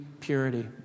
purity